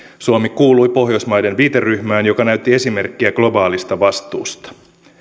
suomi kuului pohjoismaiden viiteryhmään joka näytti esimerkkiä globaalista vastuusta